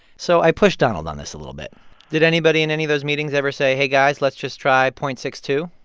so i pushed donald on this a little bit did anybody in any of those meetings ever say, hey, guys, let's just try zero point six two?